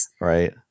Right